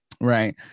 right